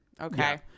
Okay